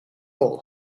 all